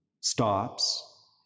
stops